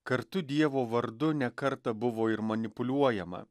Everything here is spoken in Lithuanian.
kartu dievo vardu ne kartą buvo ir manipuliuojama